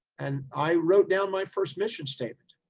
and i wrote down my first mission statement,